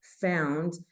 found